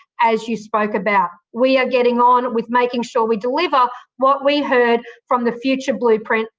as you spoke about. we are getting on with making sure we deliver what we heard from the future blueprint,